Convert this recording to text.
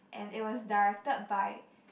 and it was directed by